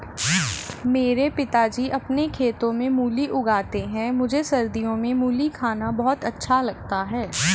मेरे पिताजी अपने खेतों में मूली उगाते हैं मुझे सर्दियों में मूली खाना बहुत अच्छा लगता है